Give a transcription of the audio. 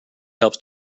helps